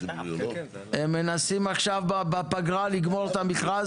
קדימה, הם מנסים עכשיו בפגרה לגמור את המכרז